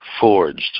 forged